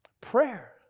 prayer